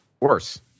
Worse